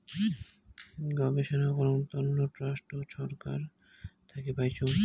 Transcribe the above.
গবেষণা করাং তন্ন ট্রাস্ট বা ছরকার থাকি পাইচুঙ